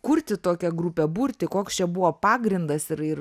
kurti tokią grupę burti koks čia buvo pagrindas ir ir